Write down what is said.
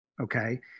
okay